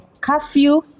curfew